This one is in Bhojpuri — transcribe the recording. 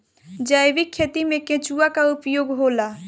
जैविक खेती मे केचुआ का उपयोग होला?